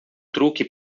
truque